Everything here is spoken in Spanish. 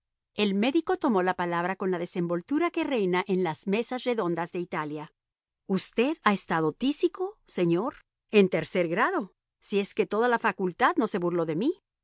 el médico tomó la palabra con la desenvoltura que reina en las mesas redondas de italia usted ha estado tísico señor en tercer grado si es que toda la facultad no se burló de mí